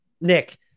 Nick